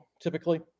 typically